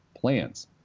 plans